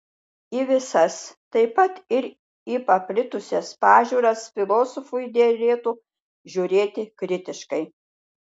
į visas taip pat ir į paplitusias pažiūras filosofui derėtų žiūrėti kritiškai